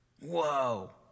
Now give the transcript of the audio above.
Whoa